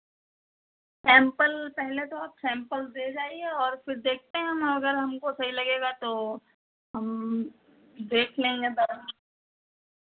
sample पहले तो आप सैंपल्स दे जाइए और देखते हैं हम अगर हमको सही लगेगा तो हम देख लेंगे दवा